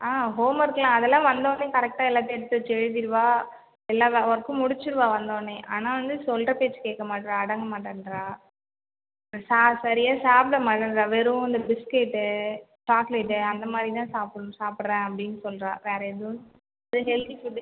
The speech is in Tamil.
ஆ ஹோமர்க்லாம் அதெல்லாம் வந்தோன்னே கரெக்டாக எல்லாத்தையும் எடுத்து வச்சு எழுதிவிடுவா எல்லா வ ஒர்க்கும் முடிச்சிவிடுவா வந்தோன்னே ஆனால் வந்து சொல்லுற பேச்சை கேட்க மாட்டுறா அடங்க மாட்டேன்றா சா சரியாக சாப்பிட மாட்டேன்றா வெறும் இந்த பிஸ்கெட்டு சாக்லேட்டு அந்த மாரி தான் சாப்புன் சாப்பிட்றேன் அப்படினு சொல்லுறா வேறு எதுவும் ஒரு ஹெல்தி ஃபுட்டு